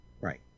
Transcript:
Right